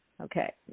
Okay